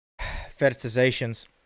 fetishizations